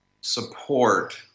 support